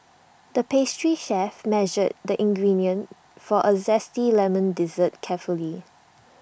the pastry chef measured the ingredients for A Zesty Lemon Dessert carefully